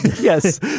yes